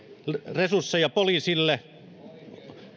resursseja poliisille